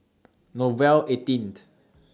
Nouvel eighteen